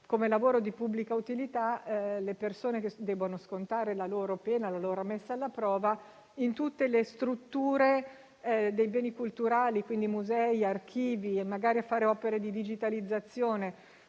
a lavori di pubblica utilità le persone che devono scontare la loro pena o la loro messa alla prova in tutte le strutture dei beni culturali, musei o archivi, magari in opere di digitalizzazione.